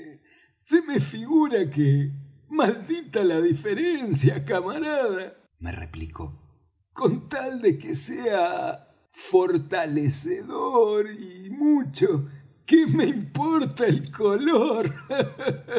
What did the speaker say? se me figura que maldita la diferencia camarada me replicó con tal de que sea fortalecedor y mucho qué me importa el color